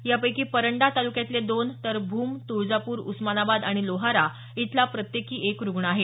यापैकी परंडा तालुक्यातले दोन तर भूम तुळजापूर उस्मानाबाद लोहारा इथला प्रत्येकी एक रुग्ण आहे